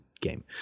game